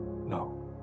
No